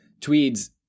Tweeds